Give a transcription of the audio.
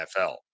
NFL